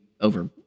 over